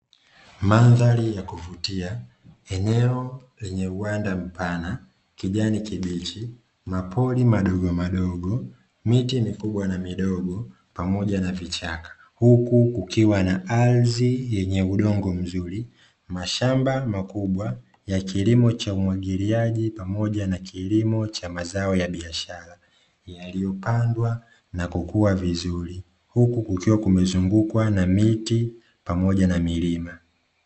Mandhari ya kuvutia eneo yenye uwanda mpana kijani kibichi mapori madogo madogo miti mikubwa na midogo pamoja na vichaka huku kukiwa na ardhi yenye udongo mzuri mashamba makubwa ya kilimo cha umwagiliaji pamoja na kilimo cha mazao ya biashara, yaiyopandwa na kukua vizuri huku ukiwa umezungukwa na miti pamoja na milima.